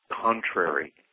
contrary